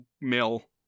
mill